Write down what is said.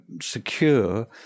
secure